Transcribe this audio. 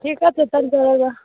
ঠিক আছে